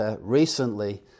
recently